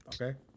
Okay